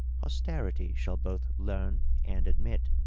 posterity shall both learn and admit.